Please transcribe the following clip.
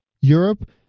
Europe